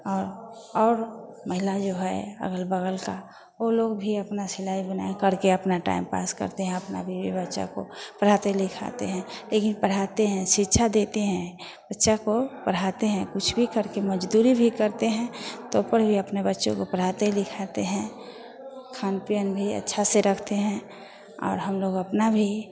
और और महिलाएं जो है अग़ल बग़ल की वो लोग भी अपनी सिलाई बुनाई करके अपना टाइम पास करते हैं अपना बीबी बच्चा को पढ़ाते लिखाते हैं लेकिन पढ़ाते हैं शिक्षा देते हैं बच्चे को पढ़ाते हैं कुछ भी करके मज़दूरी भी करते हैं तो पर भी अपना बच्चों को पढ़ाते लिखाते हैं खान पियन भी अच्छा से रखते हैं और हम लोग अपना भी